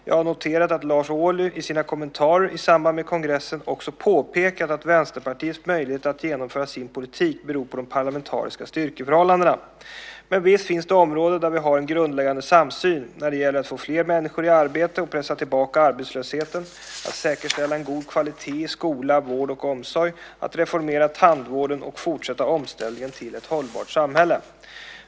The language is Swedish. Jag har noterat att Lars Ohly i sina kommentarer, i samband med kongressen, också påpekat att Vänsterpartiets möjlighet att genomföra sin politik beror på de parlamentariska styrkeförhållandena. Men visst finns det områden där vi har en grundläggande samsyn: När det gäller att få fler människor i arbete och pressa tillbaka arbetslösheten, att säkerställa en god kvalitet i skola, vård och omsorg, att reformera tandvården och fortsätta omställningen till ett hållbart samhälle.